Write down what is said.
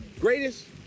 greatest